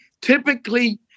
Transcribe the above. typically